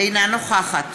אינה נוכחת